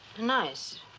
nice